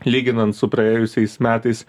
lyginant su praėjusiais metais